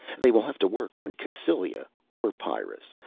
they will have to work on cassylia or pyrrus,